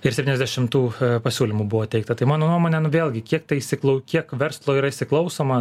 ir septyniasdešimt tų pasiūlymų buvo teikta tai mano nuomone nu vėlgi kiek taisy kla kiek verslo yra įsiklausoma